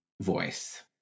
voice